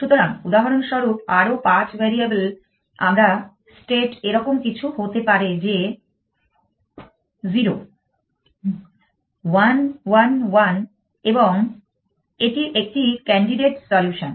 সুতরাং উদাহরণস্বরূপ আরও 5 ভ্যারিয়েবল আমার স্টেট এরকম কিছু হতে পারে যে 0 1 1 1 এবং এটি একটি ক্যান্ডিডেট সলিউশন